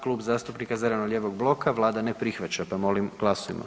Klub zastupnika zeleno-lijevog bloka vlada ne prihvaća, pa molim glasujmo.